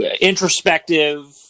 introspective